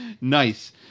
Nice